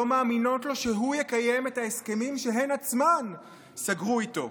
לא מאמינות לו שהוא יקיים את ההסכמים שהן עצמן סגרו איתו.